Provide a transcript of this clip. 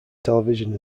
television